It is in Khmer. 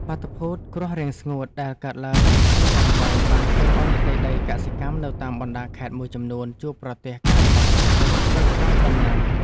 បាតុភូតគ្រោះរាំងស្ងួតដែលកើតឡើងយូរអង្វែងបានធ្វើឱ្យផ្ទៃដីកសិកម្មនៅតាមបណ្តាខេត្តមួយចំនួនជួបប្រទះការខ្វះខាតទឹកស្រោចស្រពដំណាំ។